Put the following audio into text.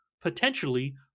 potentially